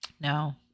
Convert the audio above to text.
no